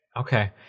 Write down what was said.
Okay